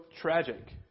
tragic